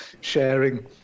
sharing